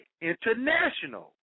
International